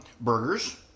Burgers